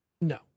No